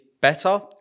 better